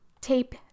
tape